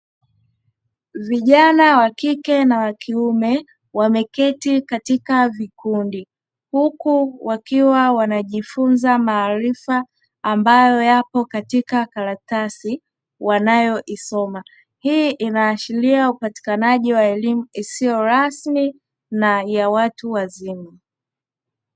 Vijana wa kike na wa kiume, wameketi katika vikundi huku wakiwa wanajifunza maarifa; ambayo yapo katika karatasi wanayoisoma. Hii inaashiria upatikanaji wa elimu isiyo rasmi na ya watu wazima.